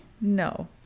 No